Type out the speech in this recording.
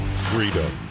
freedom